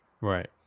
right